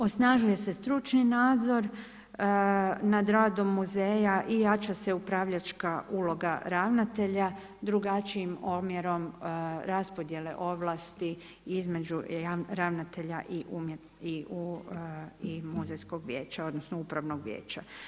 Osnažuje se stručni nadzor nad radom muzeja i jača se upravljačka uloga ravnatelja drugačijim omjerom raspodjele ovlasti između ravnatelja i muzejskog vijeća odnosno upravnog vijeća.